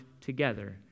together